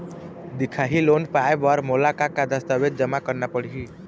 दिखाही लोन पाए बर मोला का का दस्तावेज जमा करना पड़ही?